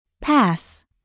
Pass